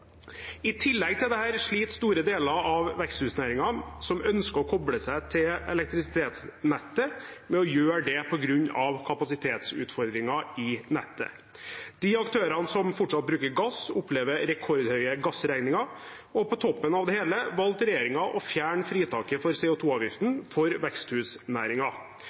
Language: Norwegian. I tillegg til dette sliter store deler av veksthusnæringen som ønsker å koble seg til elektrisitetsnettet, med å gjøre det på grunn av kapasitetsutfordringen i nettet. De aktørene som fortsatt bruker gass, opplever rekordhøye gassregninger, og på toppen av det hele valgte regjeringen å fjerne fritaket for CO 2 -avgiften for